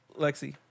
Lexi